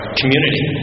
community